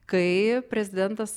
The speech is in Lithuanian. kai prezidentas